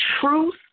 truth